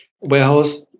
warehouse